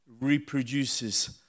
reproduces